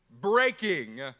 Breaking